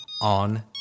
on